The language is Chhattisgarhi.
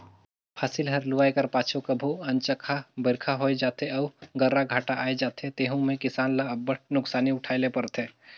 फसिल हर लुवाए कर पाछू कभों अनचकहा बरिखा होए जाथे अउ गर्रा घांटा आए जाथे तेहू में किसान ल अब्बड़ नोसकानी उठाए ले परथे